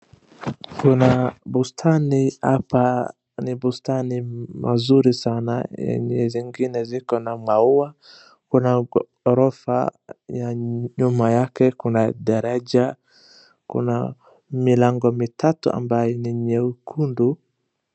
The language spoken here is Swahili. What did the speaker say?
Kuna bustani hapa ni bustani mazuri sana. Yenye zingine ziko na maua kuna ghorofa nyuma yake kuna daraja kuna milango mitatu ambayo ni nyekundu.